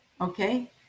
okay